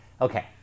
okay